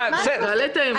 בממשלת מעבר.